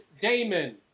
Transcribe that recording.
Damon